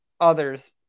others